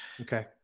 okay